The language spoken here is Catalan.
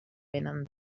vénen